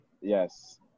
Yes